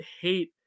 hate